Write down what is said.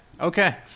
Okay